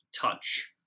touch